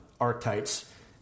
archetypes